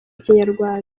ikinyarwanda